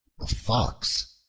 a fox,